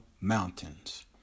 Mountains